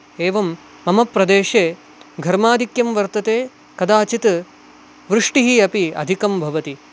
एवं मम प्रदेशे घर्माधिक्यं वर्तते कदाचित् वृष्टिः अपि अधिकं भवति